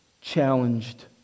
Challenged